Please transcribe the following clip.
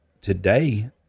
today